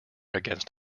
against